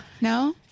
No